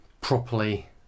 properly